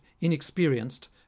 inexperienced